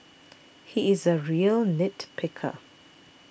he is a real nit picker